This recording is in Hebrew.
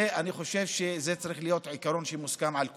אני חושב שזה צריך להיות עיקרון שמוסכם על כולם.